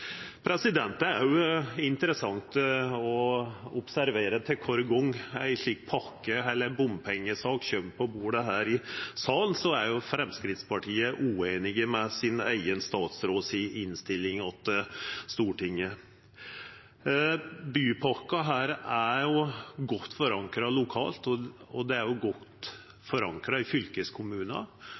Det er òg interessant å observera at kvar gong ei slik pakke eller ei bompengesak kjem på bordet her i salen, er Framstegspartiet ueinig med sin eigen statsråd si tilråding til Stortinget. Denne bypakka er godt forankra lokalt, og ho er godt forankra i